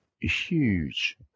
huge